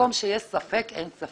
במקום שיש ספק, אין ספק.